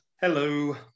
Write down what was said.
Hello